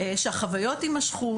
שהחוויות יימשכו,